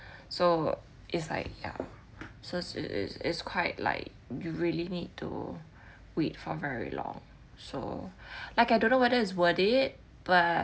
so is like ya so is is is quite like you really need to wait for very long so like I don't know whether is worth it but